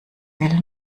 will